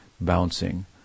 bouncing